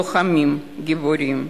לוחמים גיבורים.